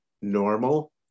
normal